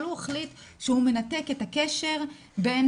אבל הוא החליט שהוא מנתק את הקשר בין